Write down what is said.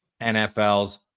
NFL's